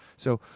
so,